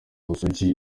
ubusugi